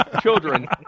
children